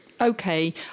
okay